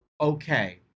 Okay